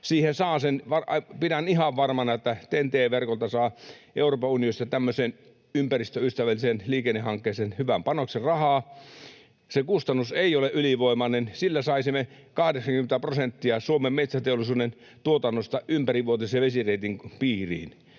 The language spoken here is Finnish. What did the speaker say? Pidän ihan varmana, että TEN-T-verkolta Euroopan unionista saa tämmöiseen ympäristöystävälliseen liikennehankkeeseen hyvän panoksen rahaa. Se kustannus ei ole ylivoimainen. Sillä saisimme 80 prosenttia Suomen metsäteollisuuden tuotannosta ympärivuotisen vesireitin piiriin,